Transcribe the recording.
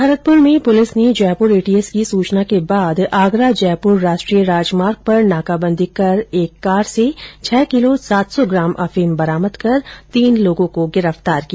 Bharatpur police ने Jaipur ATS की सूचना के बाद आगरा जयपुर राष्ट्रीय राजमार्ग पर नाकाबंदी कर एक कार से छह किलो सात सौ ग्राम अफीम बरामद कर तीन लोगों को गिरफ्तार किया